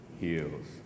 Heals